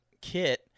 kit